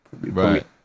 right